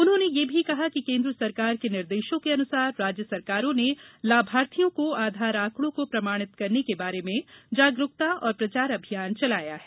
उन्होंने यह भी कहा कि केंद्र सरकार के निर्देशों के अनुसार राज्य सरकारों ने लाभार्थियों को आधार आंकड़ों को प्रमाणित करने के बारे में जागरूकता और प्रचार अभियान चलाया है